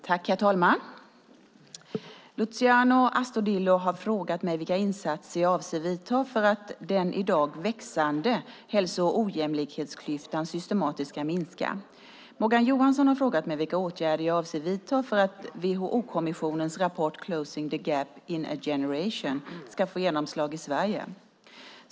Herr talman! Luciano Astudillo har frågat mig vilka insatser jag avser att vidta för att den i dag växande hälso och ojämlikhetsklyftan systematiskt ska minska. Morgan Johansson har frågat mig vilka åtgärder jag avser att vidta för att WHO-kommissionens rapport Closing the gap in a generation ska få genomslag i Sverige.